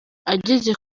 ageze